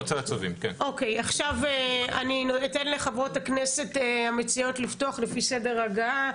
עכשיו אני אתן לחברות הכנסת המציעות לפתוח לפי סדר ההגעה,